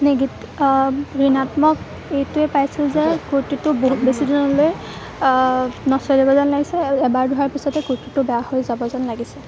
ঋণাত্মক এইটোৱেই পাইছোঁ যে কুৰ্তিটো বহুত বেছি দিনলৈ নচলিব যেন লাগিছে আৰু এবাৰ ধোৱাৰ পিছতে কুৰ্তিটো বেয়া হৈ যাব যেন লাগিছে